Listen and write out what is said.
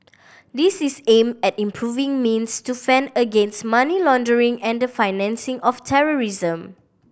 this is aimed at improving means to fend against money laundering and the financing of terrorism